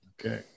Okay